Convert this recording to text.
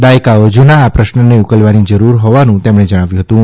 દાયકાઓ જૂના આ પ્રશ્નને ઉકેલવાની જરૂર હોવાનું તેમણે જણાવ્યું હતું